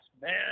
man